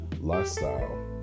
lifestyle